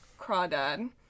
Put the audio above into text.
crawdad